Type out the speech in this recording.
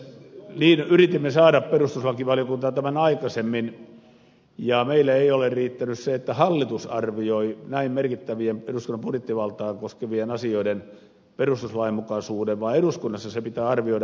niin yritimme saada tämän perustuslakivaliokuntaan aikaisemmin ja meille ei ole riittänyt se että hallitus arvioi näin merkittävien eduskunnan budjettivaltaa koskevien asioiden perustuslainmukaisuuden vaan eduskunnassa se pitää arvioida